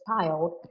child